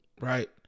Right